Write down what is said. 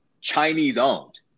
Chinese-owned